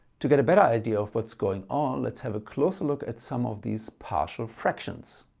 to get a better idea of what's going on let's have a closer look at some of these partial fractions.